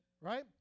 right